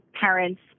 parents